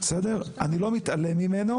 אני לא מתעלם ממנו